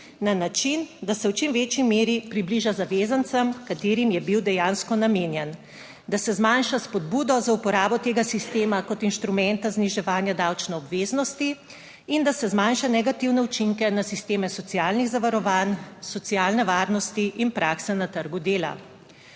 na način, da se v čim večji meri približa zavezancem, katerim je bil dejansko namenjen, da se zmanjša spodbudo za uporabo tega sistema kot inštrumenta zniževanja davčne obveznosti in da se zmanjša negativne učinke na sisteme socialnih zavarovanj, socialne varnosti in prakse na trgu dela.